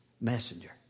messenger